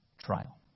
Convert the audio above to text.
trial